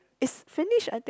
is Finnish I think